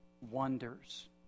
wonders